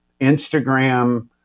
Instagram